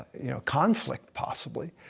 you know, conflict, possibly,